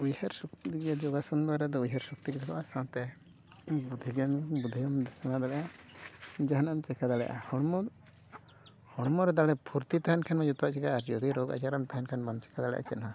ᱩᱭᱦᱟᱹᱨ ᱥᱚᱠᱛᱤ ᱨᱮᱫᱚ ᱡᱳᱜᱟᱥᱚᱱ ᱫᱚᱣᱟᱨᱟ ᱫᱚ ᱩᱭᱦᱟᱹᱨ ᱥᱚᱠᱛᱤ ᱰᱷᱮᱨᱚᱜᱼᱟ ᱥᱟᱶᱛᱮ ᱵᱩᱫᱽᱫᱷᱤ ᱜᱮᱭᱟᱱ ᱵᱩᱫᱽᱫᱷᱤ ᱜᱮᱭᱟᱱ ᱥᱮᱬᱟ ᱫᱟᱲᱮᱭᱟᱜᱼᱟ ᱡᱟᱦᱟᱱᱟᱜ ᱮᱢ ᱪᱮᱠᱟ ᱫᱟᱲᱮᱭᱟᱜᱼᱟ ᱦᱚᱲᱢᱚ ᱦᱚᱲᱢᱚᱨᱮ ᱫᱟᱲᱮ ᱯᱷᱩᱨᱛᱤ ᱛᱟᱦᱮᱱ ᱠᱷᱟᱱ ᱢᱟ ᱡᱚᱛᱚᱣᱟᱜ ᱪᱮᱠᱟᱜᱼᱟ ᱡᱩᱫᱤ ᱨᱳᱜᱽᱼᱟᱡᱟᱨ ᱨᱮᱢ ᱛᱟᱦᱮᱱ ᱠᱷᱟᱱ ᱵᱟᱢ ᱪᱮᱠᱟ ᱫᱟᱲᱮᱭᱟᱜᱼᱟ ᱪᱮᱫᱦᱚᱸ